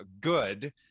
good